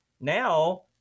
Now